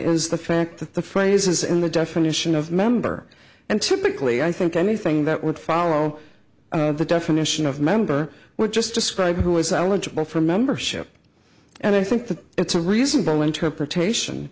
is the fact that the phrase is in the definition of member and typically i think anything that would follow the definition of member would just describe who is eligible for membership and i think that it's a reasonable interpretation